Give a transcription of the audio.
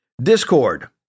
Discord